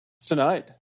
tonight